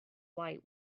light